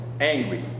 angry